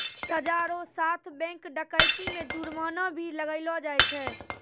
सजा रो साथ बैंक डकैती मे जुर्माना भी लगैलो जाय छै